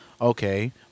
Okay